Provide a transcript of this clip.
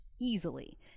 easily